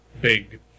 big